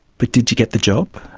but did you get the job?